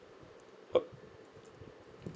uh